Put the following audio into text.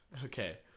Okay